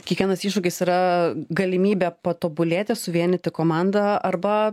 kiekvienas iššūkis yra galimybė patobulėti suvienyti komandą arba